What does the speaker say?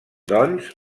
doncs